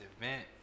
event